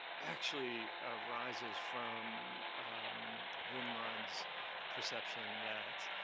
actually arises from grundmann's perception that,